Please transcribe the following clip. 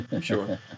Sure